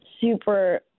super